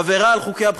עבירה על חוקי הבחירות,